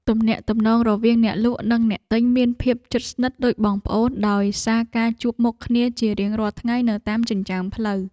ទំនាក់ទំនងរវាងអ្នកលក់និងអ្នកទិញមានភាពជិតស្និទ្ធដូចបងប្អូនដោយសារការជួបមុខគ្នាជារៀងរាល់ថ្ងៃនៅតាមចិញ្ចើមផ្លូវ។